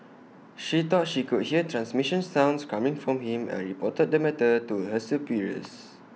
she thought she could hear transmission sounds coming from him and reported the matter to her superiors